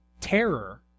terror